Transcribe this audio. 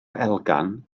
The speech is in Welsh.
elgan